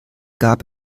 gab